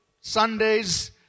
Sundays